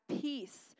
peace